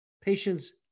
patients